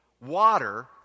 water